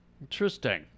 Interesting